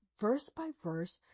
verse-by-verse